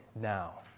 now